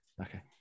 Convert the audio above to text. Okay